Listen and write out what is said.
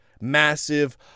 massive